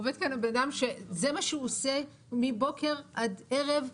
עומד כאן הבנאדם שזה מה שהוא עושה מבוקר עד ערב,